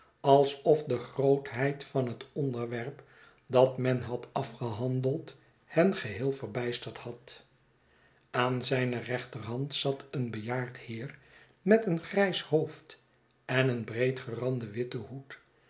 alsof de grootheid van het onderwerp dat men had afgehandeld hengeheel verbijsterd had aan zijne rechterhand zat een bejaard heer met een grijs hoofd en een breedgeranden witten hoed